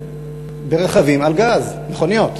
ברכבים על גז, מכוניות,